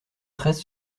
treize